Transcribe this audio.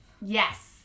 yes